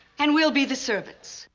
and we'll be the servants.